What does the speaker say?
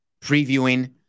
previewing